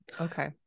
Okay